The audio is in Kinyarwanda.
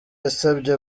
yasabye